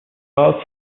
all